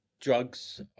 drugs